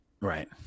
Right